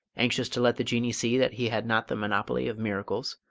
anxious to let the jinnee see that he had not the monopoly of miracles,